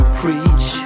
preach